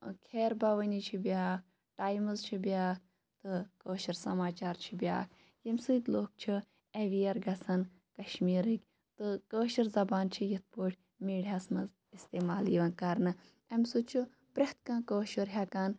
خیر بَوٲنی چھِ بیاکھ ٹایمٕز چھِ بیاکھ تہٕ کٲشِر سَماچار چھِ بیاکھ ییٚمہِ سۭتۍ لُکھ چھِ ایٚویر گَژھان کَشمیٖرِکۍ تہٕ کٲشٕر زَبان چھِ یِتھ پٲٹھۍ میٖڈیاہَس مَنٛز اِستعمال یِوان کَرنہٕ امہِ سۭتۍ چھُ پرٛٮ۪تھ کانٛہہ کٲشُر ہیٚکان